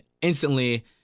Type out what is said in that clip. instantly